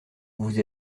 vous